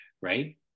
right